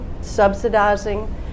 subsidizing